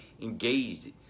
engaged